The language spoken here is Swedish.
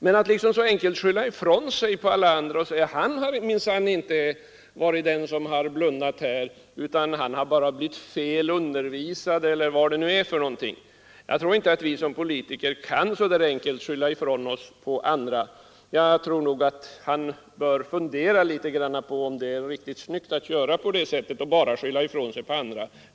Men han gör det så enkelt för sig att han skyller ifrån sig på alla andra och säger att han själv minsann inte har blundat — han har bara blivit fel undervisad eller vad det nu är. Jag tror inte att vi som politiker kan skylla ifrån oss på andra så där enkelt. Jörn Svensson bör fundera på om det är riktigt snyggt.